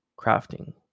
crafting